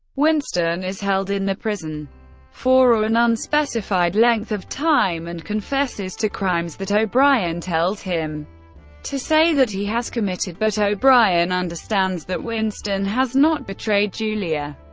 winston is held in the prison for an unspecified length of time, and confesses to crimes that o'brien tells him to say that he has committed, but o'brien understands that winston has not betrayed julia.